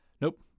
nope